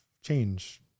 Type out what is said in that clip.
change